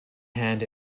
hand